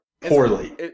poorly